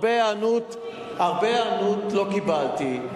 הרבה היענות לא קיבלתי.